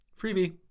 freebie